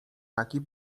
taki